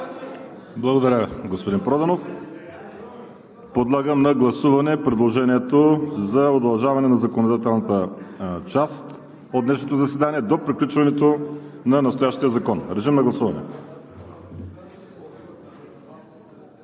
Благодаря, господин Проданов. Подлагам на гласуване предложението за удължаване на законодателната част от днешното заседание до приключването на настоящия закон. Гласували